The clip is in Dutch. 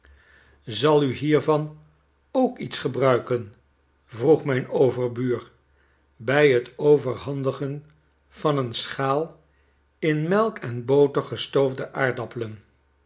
zal u hiervan ook iets gebruiken vroeg mijn overbuur bij t overhandigen vaneenschaal in melk en boter gestoofde aardappelen